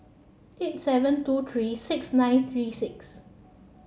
eight seven two three six nine three six